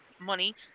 money